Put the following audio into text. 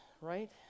Right